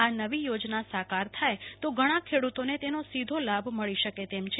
આ નવી યોજના સાકાર થાય તો ઘણા ખેડૂતોને તેનો સીધો લાભ મળી શકે તેમ છે